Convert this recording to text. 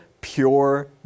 pure